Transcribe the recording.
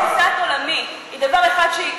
אתה אומר שתפיסת עולמי היא דבר אחד,